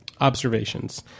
observations